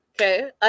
okay